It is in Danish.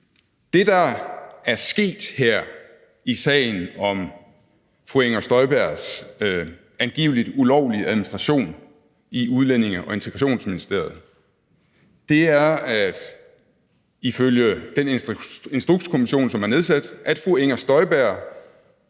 Det, der er sket her i sagen om fru Inger Støjbergs angiveligt ulovlige administration i Udlændinge- og Integrationsministeriet, er ifølge Instrukskommissionen, som er nedsat, at fru Inger Støjberg